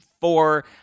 four